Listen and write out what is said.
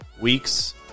weeks